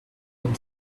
with